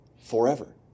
forever